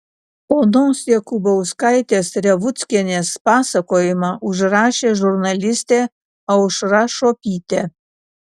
onos jakubauskaitės revuckienės pasakojimą užrašė žurnalistė aušra šuopytė